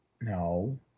No